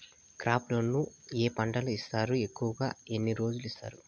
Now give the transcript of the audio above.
crop loan ఏ పంటలకు ఇస్తారు ఎక్కువగా ఎన్ని రోజులకి ఇస్తారు